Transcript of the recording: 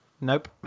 Nope